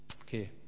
Okay